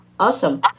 Awesome